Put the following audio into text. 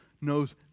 knows